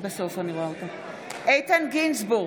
איתן גינזבורג,